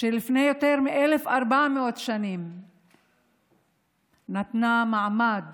שלפני יותר מ-1,400 שנים נתנה מעמד